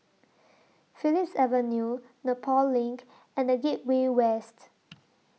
Phillips Avenue Nepal LINK and The Gateway West